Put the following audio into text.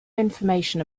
information